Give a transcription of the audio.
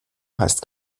heißt